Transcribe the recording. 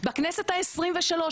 בכנסת ה 23,